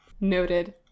Noted